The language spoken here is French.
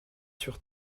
sur